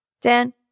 Dan